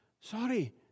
Sorry